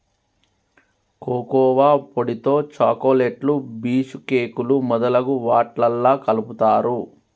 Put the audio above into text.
cocoa పొడితో చాకోలెట్లు బీషుకేకులు మొదలగు వాట్లల్లా కలుపుతారు